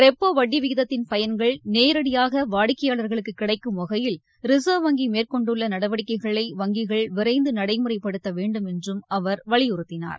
repo வட்டி விகிதத்தின் பயன்கள் நேரடியாக வாடிக்கையாளர்களுக்கு கிடைக்கும் வகையில் ரிசர்வ் வங்கி மேற்கொண்டுள்ள நடவடிக்கைகளை வங்கிகள் விரைந்து நடைமுறைப்படுத்த வேண்டும் என்றும் அவர் வலியுறுத்தினார்